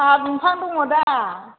साहा दंफां दङ दा